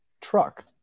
truck